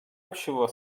общего